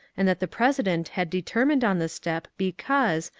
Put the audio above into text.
and that the president had determined on the step because,